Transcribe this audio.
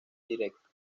directo